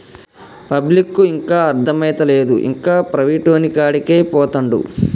పబ్లిక్కు ఇంకా అర్థమైతలేదు, ఇంకా ప్రైవేటోనికాడికే పోతండు